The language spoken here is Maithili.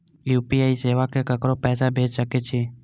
यू.पी.आई सेवा से ककरो पैसा भेज सके छी?